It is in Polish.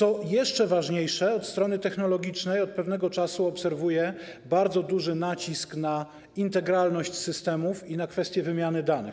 Co jeszcze ważniejsze, od strony technologicznej od pewnego czasu obserwuję bardzo duży nacisk na integralność systemów i na kwestię wymiany danych.